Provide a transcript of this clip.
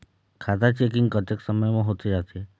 खाता चेकिंग कतेक समय म होथे जाथे?